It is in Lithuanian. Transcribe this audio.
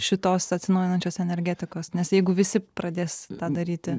šitos atsinaujinančios energetikos nes jeigu visi pradės tą daryti